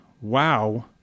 wow